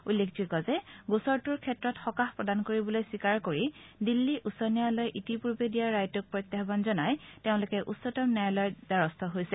উল্লেখযোগ্য যে গোচৰটোৰ ক্ষেত্ৰত সকাহ প্ৰদান কৰিবলৈ স্বীকাৰ কৰি দিল্লী উচ্চ ন্যায়ালয়ে ইতিপূৰ্বে দিয়া ৰায়টোক প্ৰত্যাহান জনাই তেওঁলোকে উচ্চতম ন্যায়ালয়ৰ দ্বাৰস্থ হৈছে